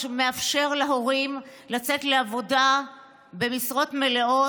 מה שמאפשר להורים לצאת לעבודה במשרות מלאות.